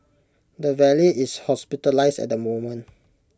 the valet is hospitalised at the moment